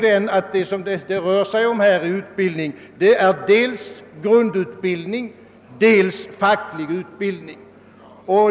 Det rör sig här om dels grundutbild ning, dels facklig utbildning.